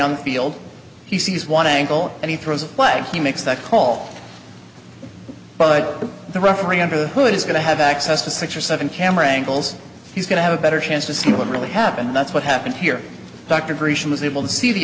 the field he sees one angle and he throws a flag he makes that call but the referee number who is going to have access to six or seven camera angles he's going to have a better chance to see what really happened that's what happened here dr griffin was able to see the